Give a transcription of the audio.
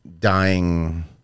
dying